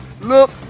look